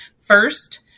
First